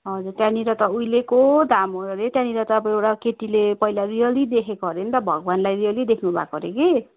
हजुर त्यहाँनिर त उहिलेको धाम हो अरे त्यहाँनिर त अब एउटा केटीले पहिला रियल्ली देखेको अरे नि त भगवान्लाई रियल्ली देख्नुभएको अरे कि